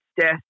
death